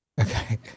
Okay